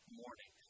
morning